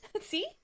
See